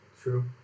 true